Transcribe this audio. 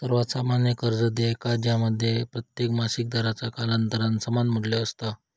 सर्वात सामान्य कर्ज देयका ज्यामध्ये प्रत्येक मासिक दराचा कालांतरान समान मू्ल्य असता